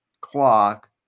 clock